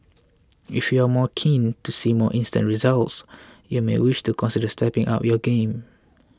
if you're more keen to see more instant results you may wish to consider stepping up your game